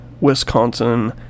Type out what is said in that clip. Wisconsin